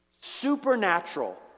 supernatural